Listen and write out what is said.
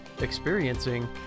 experiencing